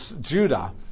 Judah